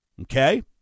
Okay